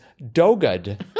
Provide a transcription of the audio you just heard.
Dogad